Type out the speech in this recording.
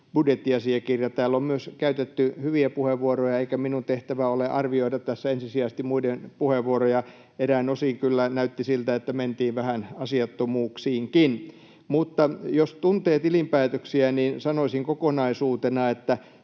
budjettiasiakirjat. Täällä on käytetty myös hyviä puheenvuoroja, eikä minun tehtäväni ole arvioida tässä ensisijaisesti muiden puheenvuoroja — eräin osin kyllä näytti siltä, että mentiin vähän asiattomuuksiinkin. Mutta jos tuntee tilinpäätöksiä, niin sanoisin kokonaisuutena, että